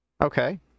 Okay